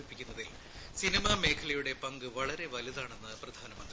ഹിപ്പിക്കുന്നതിൽ cinema മേഖലയുടെ പങ്ക് വളരെ വലുതാണെന്ന് പ്രധാനിമന്ത്രി